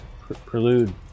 Prelude